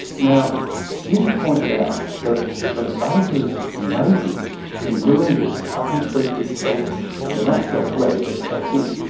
now smith pointed out that the baker's motives in doing this are completely selfish, they're not selfless, they're selfish.